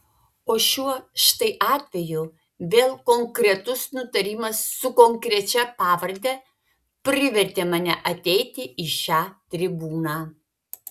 o šiuo štai atveju vėl konkretus nutarimas su konkrečia pavarde privertė mane ateiti į šią tribūną